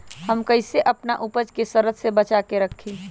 हम कईसे अपना उपज के सरद से बचा के रखी?